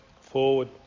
forward